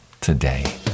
today